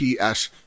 PS